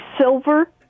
silver